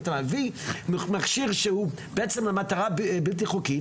אם אתה מביא מכשיר שהוא בעצם למטרה בלתי חוקית,